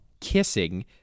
Kissing